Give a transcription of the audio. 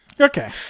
Okay